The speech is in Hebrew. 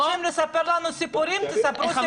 אוי נו, אתם רוצים לספר לנו סיפורים?